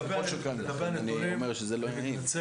לגבי הנתונים אני מתנצל,